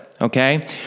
okay